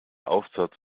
aufsatz